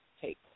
take